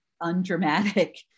undramatic